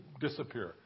disappear